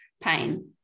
pain